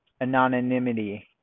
anonymity